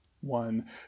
One